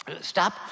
Stop